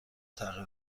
تغییر